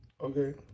Okay